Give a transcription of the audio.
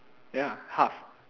ya half